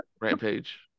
Rampage